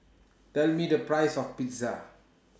Tell Me The Price of Pizza